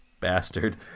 bastard